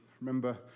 remember